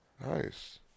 Nice